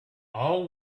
all